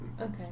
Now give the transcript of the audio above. okay